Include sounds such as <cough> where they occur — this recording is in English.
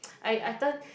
<noise> I I turn